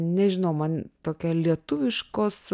nežinau man tokia lietuviškos